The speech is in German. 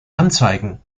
anzeigen